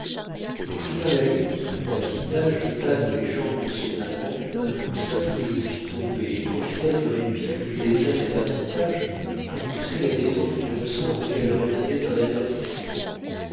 pour finir la lutte paquita jeta dans les jambes de son amant un coussin qui le fit tomber et profita du répit que lui laissa cet avantage pour pousser la détente du ressort auquel répondait un avertissement